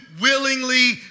willingly